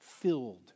filled